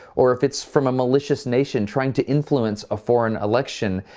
or if it's from a malicious nation trying to influence a foreign election,